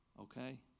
Okay